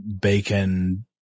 bacon –